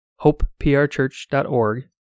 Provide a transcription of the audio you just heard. hopeprchurch.org